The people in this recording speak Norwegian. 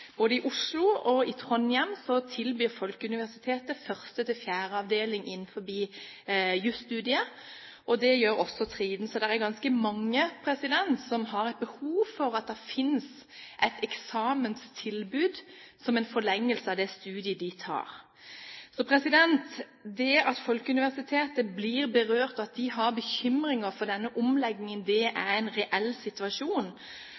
Både i Oslo og i Trondheim tilbyr Folkeuniversitetet første til fjerde avdeling innen jusstudiet. Det gjør også Treider. Så det er ganske mange som har behov for at det finnes et eksamenstilbud som en forlengelse av det studiet man tar. Det at Folkeuniversitetet blir berørt, og at de har bekymringer for denne omleggingen, er en reell situasjon.